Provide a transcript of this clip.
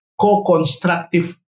co-constructive